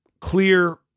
clear